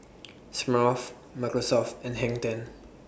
Smirnoff Microsoft and Hang ten